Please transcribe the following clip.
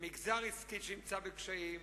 מגזר עסקי שנמצא בקשיים,